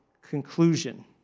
conclusion